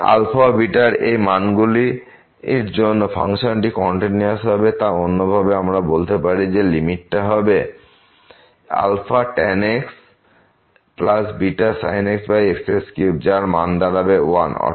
তাই ও এর এই মান গুলির জন্য ফাংশনটি কন্টিনুওস হবে বা অন্যভাবে আমরা বলতে পারি যে লিমিটটা হবে α tan xβsin xx3 যার মান দাঁড়াবে 1